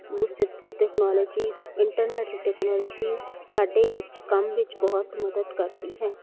ਵੋ search technology internet ਦੀ technology ਸਾਡੇ ਵਿੱਚ ਕੰਮ ਵਿੱਚ ਬਹੁਤ ਮਦਦ ਕਰਦੀ ਹੈ